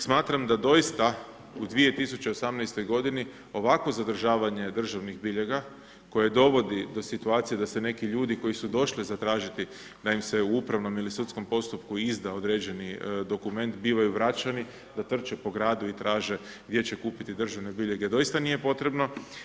Smatram da doista u 2018. g. ovakvo zadržavanje državnih biljega koje dovodi do situacije da se neki ljudi koji su došli zatražiti da im se u upravnom ili u sudskom postupku izda određeni dokument bio vraćeni, da trče po gradu i traže gdje će kupiti državne biljege, doista nije potrebno.